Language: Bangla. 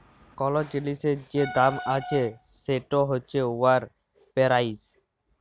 কল জিলিসের যে দাম আছে সেট হছে উয়ার পেরাইস